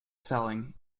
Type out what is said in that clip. selling